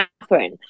Catherine